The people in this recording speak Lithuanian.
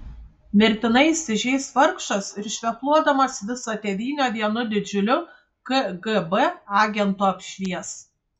mirtinai įsižeis vargšas ir švepluodamas visą tėvynę vienu didžiuliu kgb agentu apšvies